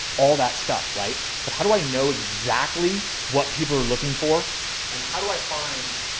all that stuff. right. but how do i know exactly what people are looking for and how do i find.